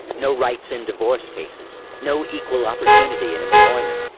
no rights in divorce cases, no equal opportunity in employment,